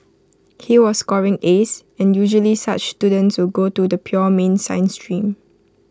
he was scoring as and usually such students will go to the pure mean science stream